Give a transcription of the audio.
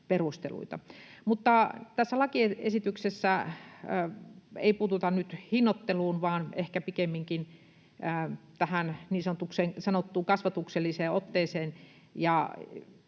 perusteluita. Tässä lakiesityksessä ei puututa nyt hinnoitteluun vaan ehkä pikemminkin tähän niin sanottuun kasvatukselliseen otteeseen.